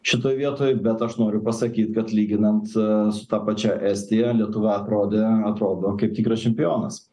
šitoj vietoj bet aš noriu pasakyt kad lyginant su ta pačia estija lietuva atrodė atrodo kaip tikras čempionas